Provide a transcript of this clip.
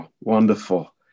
Wonderful